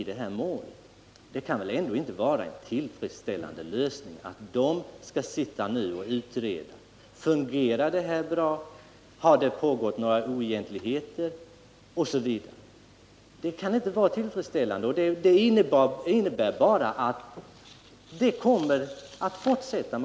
Det kan väl ändå inte vara tillfredsställande att rikspolisstyrelsen skall utreda om dess egen verksamhet fungerar bra, om det förekommit några oegentligheter osv. Det innebär bara att oegentligheterna kommer att fortsätta.